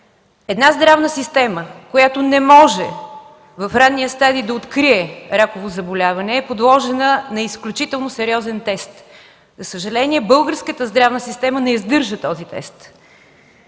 Една здравна система, която не може да открие раково заболяване в ранния стадий, е подложена на изключително сериозен тест. За съжаление, българската здравна система не издържа този тест.